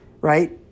right